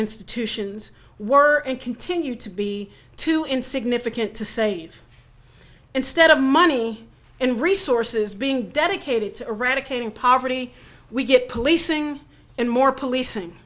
institutions were and continue to be too insignificant to save instead of money and resources being dedicated to eradicating poverty we get policing and more